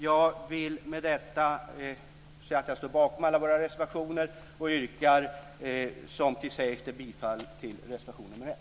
Jag vill med detta säga att jag står bakom alla våra reservationer. Liksom Chris Heister yrkar jag bifall till reservation nr 1.